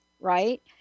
Right